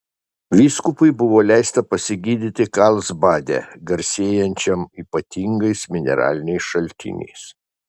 vyskupui buvo leista pasigydyti karlsbade garsėjančiam ypatingais mineraliniais šaltiniais